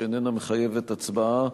שאיננה מחייבת הצבעה: